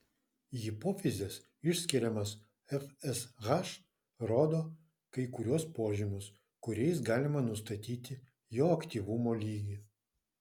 hipofizės išskiriamas fsh rodo kai kuriuos požymius kuriais galima nustatyti jo aktyvumo lygį